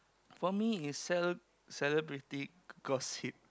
for me is sell celebrity gossip